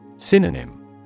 Synonym